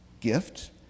gift